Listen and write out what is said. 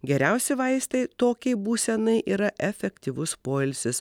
geriausi vaistai tokiai būsenai yra efektyvus poilsis